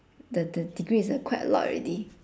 the the degree is a quite a lot already